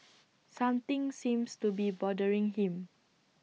something seems to be bothering him